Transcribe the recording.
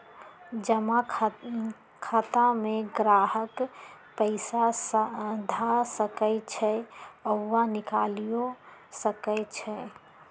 जमा खता में गाहक पइसा ध सकइ छइ आऽ निकालियो सकइ छै